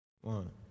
one